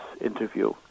interview